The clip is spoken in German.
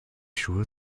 schuhe